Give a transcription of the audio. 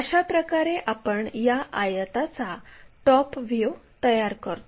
अशाप्रकारे आपण या आयताचा टॉप व्ह्यू तयार करतो